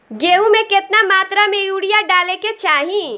गेहूँ में केतना मात्रा में यूरिया डाले के चाही?